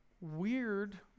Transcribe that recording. weird